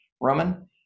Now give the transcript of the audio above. Roman